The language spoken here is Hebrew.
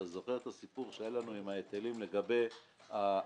אתה זוכר את הסיפור שהיה לנו עם ההיטלים לגבי הדלקים?